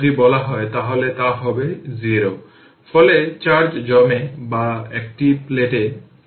04 joule ছিল তাই 0256 04 100 যা 64 শতাংশ